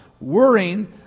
Worrying